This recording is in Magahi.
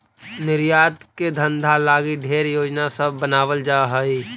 निर्यात के धंधा लागी ढेर योजना सब बनाबल जा हई